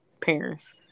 parents